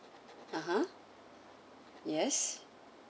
(uh huh) yes